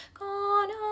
gone